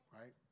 right